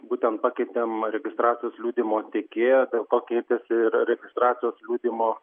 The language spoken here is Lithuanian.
būtent pakeitėm registracijos liudijimo tiekėją dėl to keitėsi ir registracijos liudijimo